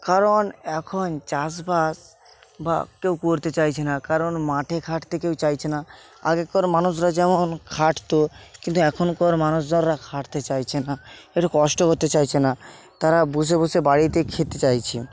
কারণ এখন চাষবাস বা কেউ করতে চাইছে না কারণ মাঠে খাটতে কেউ চাইছে না আগেকার মানুষরা যেমন খাটতো কিন্তু এখনকার মানুষ যারা খাটতে চাইছে না একটু কষ্ট করতে চাইছে না তারা বসে বসে বাড়িতে খেতে চাইছে